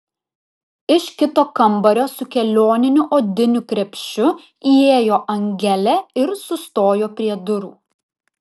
iš kito kambario su kelioniniu odiniu krepšiu įėjo angelė ir sustojo prie durų